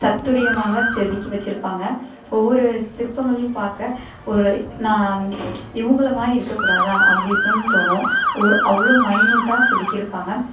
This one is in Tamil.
தத்துரியமாக செதுக்கி வச்சுருப்பாங்க ஒவ்வொரு சிற்பங்களையும் பார்க்க ஒரு நாம் இவங்கள மாதிரி இருக்கக்கூடாதா அப்படி இருக்கணும்னு தோணும் ஒரு அவ்வளோ மைனூட்டாக செதுக்கியிருப்பாங்க